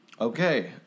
Okay